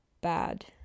bad